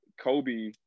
Kobe